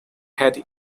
had